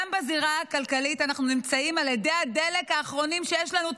גם בזירה הכלכלית אנחנו נמצאים על אדי הדלק האחרונים שיש לנו,